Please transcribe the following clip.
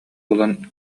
булан